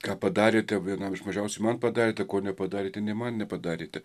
ką padarėte vienam iš mažiausių man padarėte ko nepadarėte nė man nepadarėte